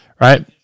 Right